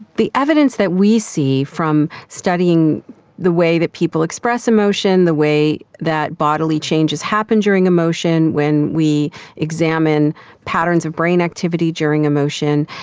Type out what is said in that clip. the evidence that we see from studying the way that people express emotion, the way that bodily changes happen during emotion, when we examine patterns of brain activity during emotion,